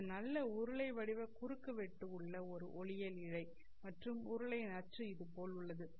இது நல்ல உருளை வடிவ குறுக்குவெட்டு உள்ளஒரு ஒளியியல் இழை மற்றும் உருளையின் அச்சு இது போல் உள்ளது